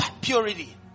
Purity